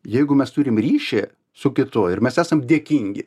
jeigu mes turim ryšį su kitu ir mes esam dėkingi